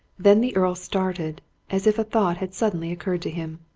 then the earl started as if a thought had suddenly occurred to him.